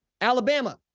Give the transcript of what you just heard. Alabama